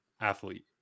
Athlete